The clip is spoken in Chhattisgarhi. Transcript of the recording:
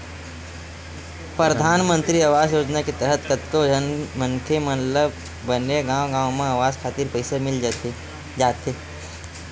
परधानमंतरी आवास योजना के तहत कतको झन मनखे मन ल बने गांव गांव म अवास खातिर पइसा मिल जाथे